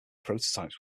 prototypes